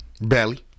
Belly